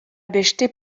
beste